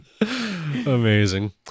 Amazing